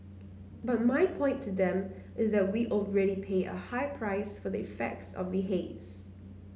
but my point to them is that we already pay a high price for the effects of the haze